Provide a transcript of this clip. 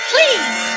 Please